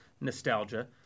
nostalgia